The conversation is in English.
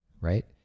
right